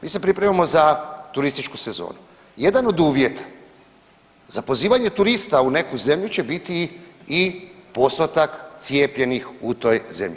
Mi se pripremamo za turističku sezonu, jedan od uvjeta za pozivanje turista u neku zemlju će biti i postotak cijepljenih u toj zemlji.